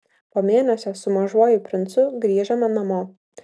po mėnesio su mažuoju princu grįžome namo